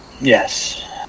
Yes